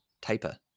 taper